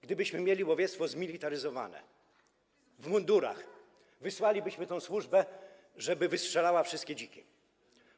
Gdybyśmy mieli łowiectwo zmilitaryzowane, w mundurach, wysłalibyśmy tę służbę, żeby wystrzelała wszystkie dziki.